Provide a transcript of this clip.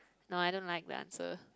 no I don't like the answer